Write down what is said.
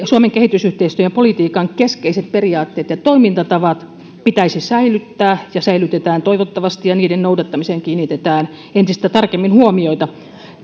suomen kehitysyhteistyön politiikan keskeiset periaatteet ja toimintatavat pitäisi säilyttää ja säilytetään toivottavasti ja niiden noudattamiseen kiinnitetään toivottavasti entistä tarkemmin huomiota